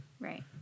right